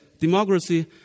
Democracy